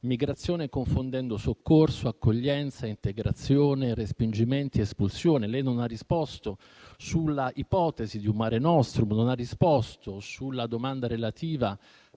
migrazione, confondendo soccorso, accoglienza, integrazione, respingimenti ed espulsioni. Lei non ha risposto sulla ipotesi di un Mare nostrum, non ha risposto sulla domanda relativa